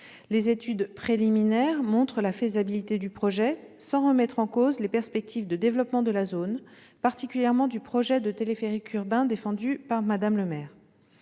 Les études préliminaires montrent la faisabilité du projet, sans remettre en cause les perspectives de développement de la zone, particulièrement du projet de téléphérique urbain défendu par Mme le maire.